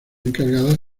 encargadas